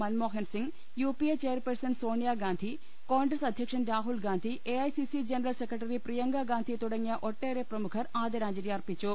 Manmohan Singh U P A chairperson Sonia Gandhi Congress അധ്യക്ഷൻ Rahul Gandhi A I C C general secretary Priyanka Gandhi തുടങ്ങിയ ഒട്ടേറെ പ്രമുഖർ ആദരാജ്ഞലി അർപ്പിച്ചു